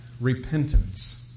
Repentance